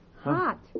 Hot